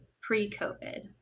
pre-COVID